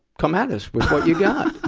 come at us with what you've got.